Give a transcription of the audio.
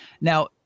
Now